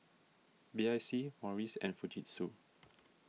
B I C Morries and Fujitsu